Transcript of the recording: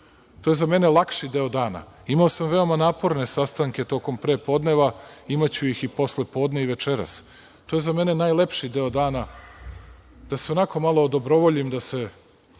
To je za mene lakši deo dana. Imao sam veoma naporne sastanke tokom prepodneva, imaću ih i posle podne i večeras. To je za mene najlepši deo dana da se onako malo odobrovoljim, da se